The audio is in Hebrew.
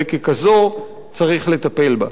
וככזאת צריך לטפל בה.